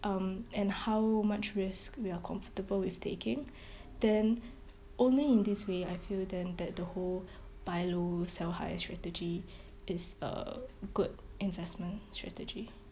um and how much risk we're comfortable with taking then only in this way I feel then that the whole buy low sell high strategy is a good investment strategy